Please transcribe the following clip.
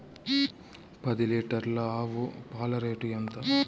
పది లీటర్ల ఆవు పాల రేటు ఎంత?